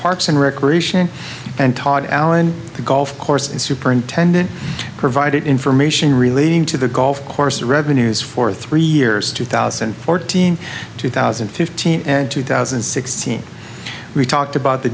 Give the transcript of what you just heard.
parks and recreation and todd allen the golf course superintendent provided information relating to the golf course revenues for three years two thousand and fourteen two thousand and fifteen and two thousand and sixteen we talked about the